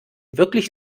wirklich